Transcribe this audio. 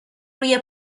روی